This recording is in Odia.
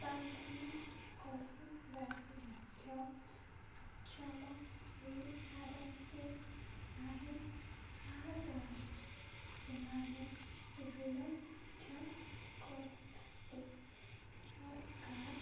ଉତ୍ପାଦନ କରିବାରେ ମଧ୍ୟ ସକ୍ଷମ ହୋଇପାରନ୍ତି ନାହିଁ ଯାହାଦ୍ୱାରା କିି ସେମାନେ ଋଣ ମଧ୍ୟ କରିଥାନ୍ତି ସରକାର